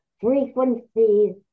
frequencies